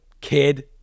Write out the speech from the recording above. kid